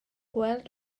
gweld